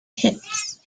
hits